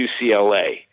UCLA